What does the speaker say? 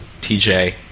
TJ